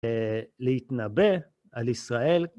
להתנבא על ישראל